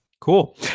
Cool